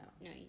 no